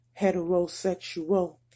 heterosexual